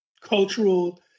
cultural